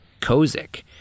Kozik